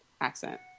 accent